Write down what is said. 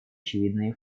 очевидные